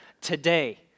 today